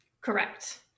Correct